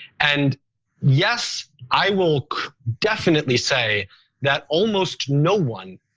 and yes, i will definitely say that almost no one